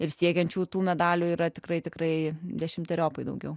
ir siekiančių tų medalių yra tikrai tikrai dešimteriopai daugiau